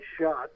shot